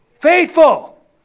faithful